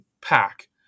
pack